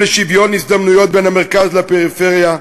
לשוויון הזדמנויות בין המרכז לפריפריה.